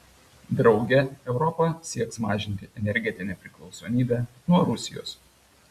drauge europa sieks mažinti energetinę priklausomybę nuo rusijos